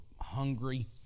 hungry